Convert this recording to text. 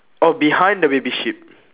oh behind the baby sheep